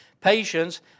patience